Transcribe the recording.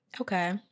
okay